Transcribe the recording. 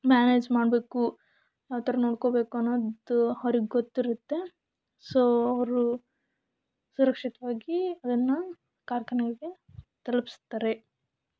manage ಮಾಡಬೇಕು ಯಾವ ಥರ ನೋಡ್ಕೊಬೇಕು ಅನ್ನೋದು ಅವ್ರಿಗೆ ಗೊತ್ತಿರುತ್ತೆ ಸೋ ಅವರು ಸುರಕ್ಷಿತವಾಗಿ ಅದನ್ನು ಕಾರ್ಖಾನೆಗೆ ತಲುಪಿಸ್ತಾರೆ